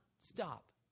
stop